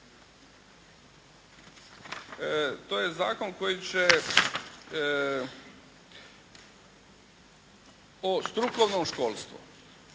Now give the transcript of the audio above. to je zakon koji će o strukovnom školstvu.